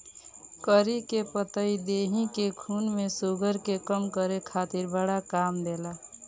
करी के पतइ देहि के खून में शुगर के कम करे खातिर बड़ा काम देला